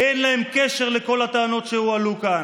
אין להם קשר לכל הטענות שהועלו כאן.